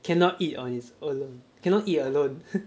cannot eat on it's own cannot eat alone